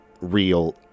real